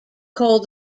called